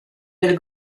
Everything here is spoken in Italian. del